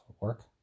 work